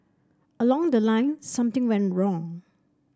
along the line something went wrong